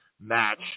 match